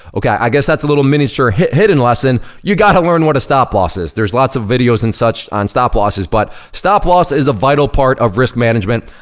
okay, i guess that's a little miniature hidden lesson, you gotta learn what a stop loss is. there's lots of videos and such on stop losses, but stop loss is a vital part of risk management.